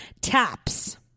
taps